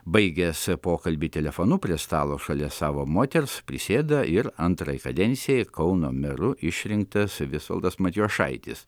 baigęs pokalbį telefonu prie stalo šalia savo moters prisėda ir antrai kadencijai kauno meru išrinktas visvaldas matijošaitis